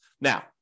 Now